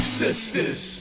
sisters